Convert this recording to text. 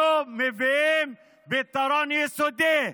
אנחנו מביאים פתרון יסודי,